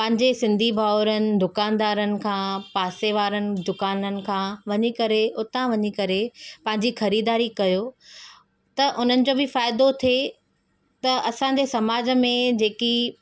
पंहिंजे सिंधी भाउरनि दुकानदारनि खां पासे वारनि दुकाननि खां वञी करे उतां वञी करे पंहिंजी ख़रीदारी कयो त उन्हनि जो बि फ़ाइदो थिए त असांजे समाज में जेकी